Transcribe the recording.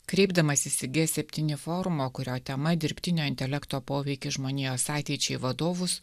kreipdamasis į g septyni forumą kurio tema dirbtinio intelekto poveikis žmonijos ateičiai vadovus